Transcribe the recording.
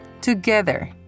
together